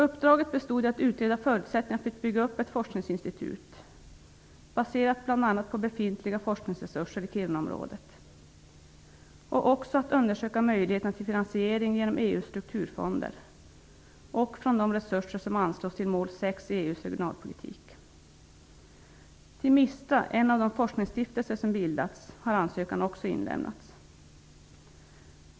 Uppdraget bestod i att utreda förutsättningarna för att bygga upp ett forskningsinstitut baserat bl.a. på befintliga forskningsresurser i Kirunaområdet och också att undersöka möjligheterna till finansiering genom EU:s strukturfonder och de resurser som anslås till mål 6 i EU:s regionalpolitik. Ansökan har också inlämnats till Mistra, en av de forskningsstiftelser som bildats.